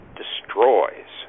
destroys